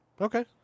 Okay